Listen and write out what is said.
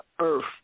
earth